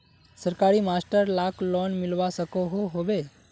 सरकारी मास्टर लाक लोन मिलवा सकोहो होबे?